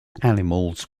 animals